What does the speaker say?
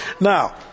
Now